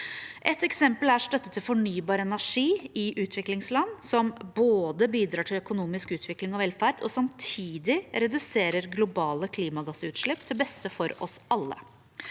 Ett eksempel er støtte til fornybar energi i utviklingsland, som både bidrar til økonomisk utvikling og velferd og samtidig reduserer globale klimagassutslipp – til beste for oss alle.